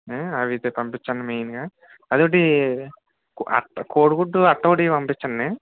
అవి అయితే పంపించండి మెయిన్గా అది ఒకటి కో అట్ట కోడిగుడ్డు అట్ట ఒకటి పంపించండి